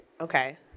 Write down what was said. Okay